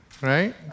right